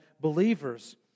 believers